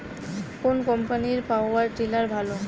কোন কম্পানির power tiller ভালো?